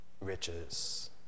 riches